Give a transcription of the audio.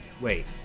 Wait